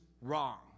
wrong